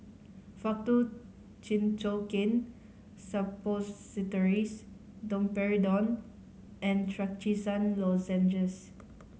Faktu Cinchocaine Suppositories Domperidone and Trachisan Lozenges